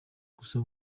gusa